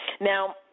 Now